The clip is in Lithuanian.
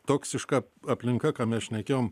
toksiška aplinka ką mes šnekėjom